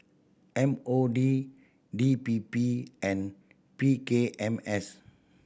M O D D P P and P K M S